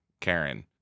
Karen